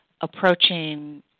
approaching